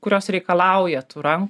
kurios reikalauja tų ran